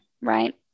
right